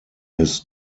his